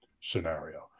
scenario